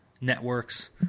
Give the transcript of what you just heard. networks